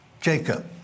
Jacob